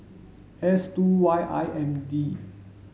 S two Y M I D